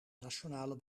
nationale